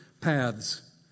paths